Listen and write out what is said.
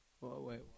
wait